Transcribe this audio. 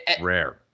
rare